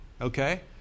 Okay